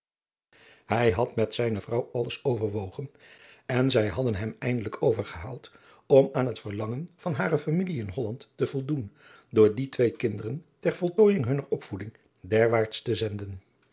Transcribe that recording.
hij had met zijne vrouw alles overwogen en zij had hem eindelijk overgehaald om aan het verlangen van hare familie in holland te voldoen door die twee kinderen ter voltooijing hunner opvoeding derwaarts te zenden